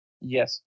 Yes